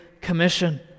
commission